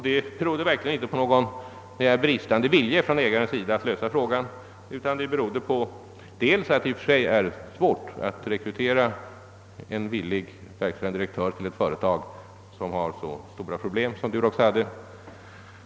Det berodde inte på någon bristande vilja från ägarens sida att lösa frågan, utan det sammanhängde delvis med att det i och för sig är svårt att rekrytera posten som verkställande direktör i ett företag som har så stora problem som Durox hade.